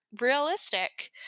realistic